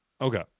Okay